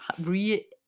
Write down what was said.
re-